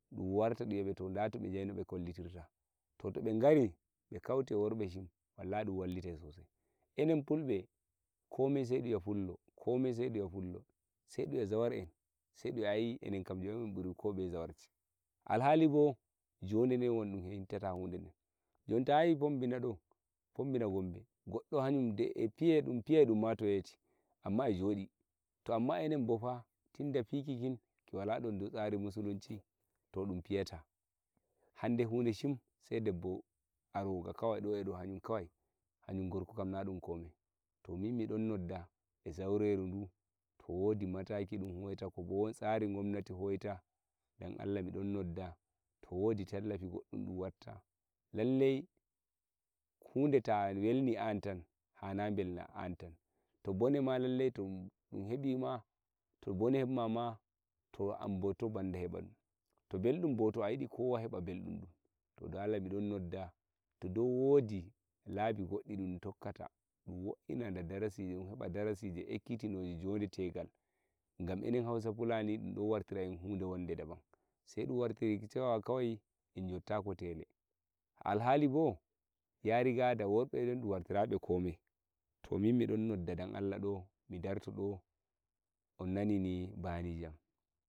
dum warta dum wi'a be nda to be njahi no be kollitorta to to nbe nbe ngari nbe kauta e worbe shim to wallahi dum wallitai so sai enen fulbe komei sei dum wi'a pullo komei sei dum wi'a pullo sei dum wi'a zawar sei dum wi'a ai enen kam njon en mburi ko beye zawarci al- hali bo njode den dum hentata hunde den njon ta yahi fombina do fombina Gombe goddo hayum dai e fiya e dum fiya to weti amma e njodi to amma enen bo fa tinda fiki kin ki wala don dou tsari musulunci to dum fiya ta hande hunde shim sei debbo aroga kawai do e do hayum kawai hayum gorko kam na dum komai to min mi don nodda e zaureru ndu to wodi mataki dum hoita ko bo won tsari gomnati hoita dan Allah mi don nodda to wodi tallafi goddum dum watta lallai hunde ta welni an tan hanayi mbelna an tan to bone ma lallai to dum hebi ma to bone hemma ma to an bo to banda heba dum to mbeldum bo to a yidi kowa heba mbeldum dum to dan Allah mi don nodda ro dou wodi layiji goddi di dum tokkata dum wo'ina nda darasije dum heba darasije ikkitinoje njonde tegal ngam enen hausa fulani dum don wartira en hunde wonde daban sei dum wartiri ki cewa kawai en njotta ko tele al- hali bo yariga da worbe ben dum wartirayi be komai to min mi don nodda dan Allah do mi ndarto do on nani ni bayaniji am